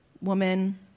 woman